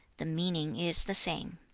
the meaning is the same,